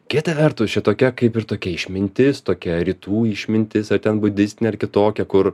kita vertus čia tokia kaip ir tokia išmintis tokia rytų išmintis ar ten budistinė ar kitokia kur